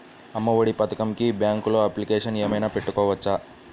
అమ్మ ఒడి పథకంకి బ్యాంకులో అప్లికేషన్ ఏమైనా పెట్టుకోవచ్చా?